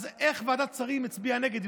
אז איך ועדת שרים הצביעה נגד?